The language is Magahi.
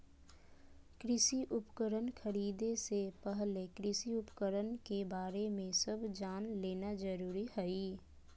कृषि उपकरण खरीदे से पहले कृषि उपकरण के बारे में सब जान लेना जरूरी हई